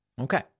Okay